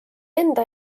enda